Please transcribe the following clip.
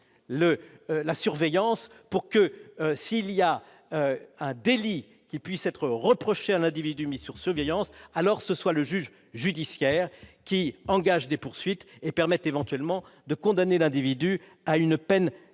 la surveillance pour que s'il y a un délit qui puisse être reproché à l'individu mis sur surveillance alors ce soit le juge judiciaire qui engage des poursuites et permettent, éventuellement de condamner l'individu à une peine